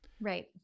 Right